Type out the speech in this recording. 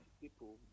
people